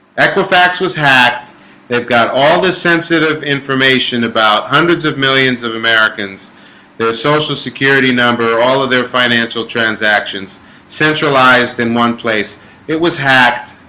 equifax was hacked they've got all the sensitive information about hundreds of millions of americans their social security number all of the financial transactions centralized in one place it was hacked